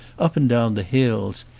up and down the hills,